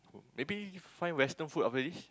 maybe find western food after this